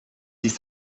ist